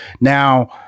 Now